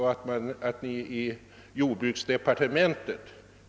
Herr talman!